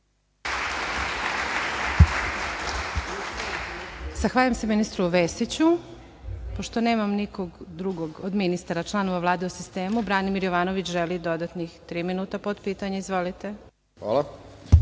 Zahvaljujem se ministru Vesiću. Pošto nemamo nikog drugog od ministara, članova Vlade u sistemu, Branimir Jovanović želi dodatnih tri minuta, podpitanje. Izvolite.